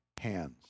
hands